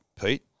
Pete